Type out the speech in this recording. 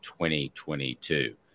2022